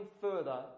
further